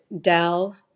Dell